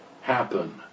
happen